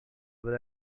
will